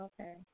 Okay